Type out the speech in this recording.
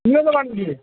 তুমিও যাবা নেকি